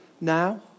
now